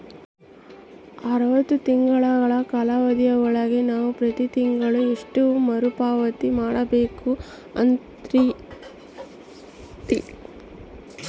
ಅರವತ್ತು ತಿಂಗಳ ಕಾಲಾವಧಿ ಒಳಗ ನಾವು ಪ್ರತಿ ತಿಂಗಳು ಎಷ್ಟು ಮರುಪಾವತಿ ಮಾಡಬೇಕು ಅಂತೇರಿ?